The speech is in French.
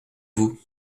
vous